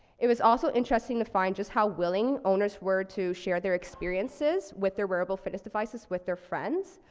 it was also interesting to find just how willing owners were to share their experiences with their wearable fitness devices with their friends.